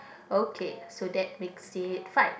okay so that makes it five